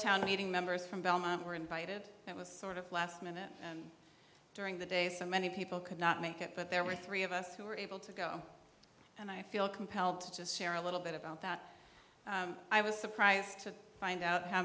town meeting members from belmont were invited it was sort of last minute and during the day so many people could not make it but there were three of us who were able to go and i feel compelled to just share a little bit about that i was surprised to find out how